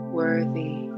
worthy